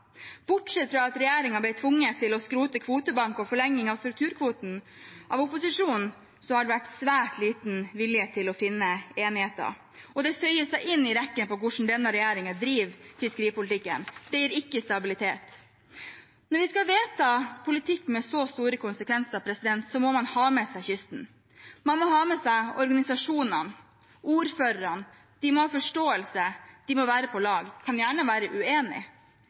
Bortsett fra at regjeringen ble tvunget til å skrote kvotebank og forlenging av strukturkvoten av opposisjonen, har det vært svært liten vilje til å finne enighet, og det føyer seg inn i rekken når det gjelder hvordan denne regjeringen driver fiskeripolitikken. Det gir ikke stabilitet. Når vi skal vedta politikk med så store konsekvenser, må man ha med seg kysten. Man må ha med seg organisasjonene, ordførerne, de må ha forståelse, de må være på lag – kan gjerne være